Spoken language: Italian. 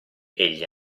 egli